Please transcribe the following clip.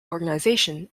organization